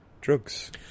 drugs